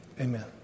Amen